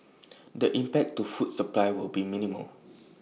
the impact to food supply will be minimal